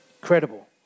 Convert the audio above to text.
Credible